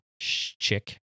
Chick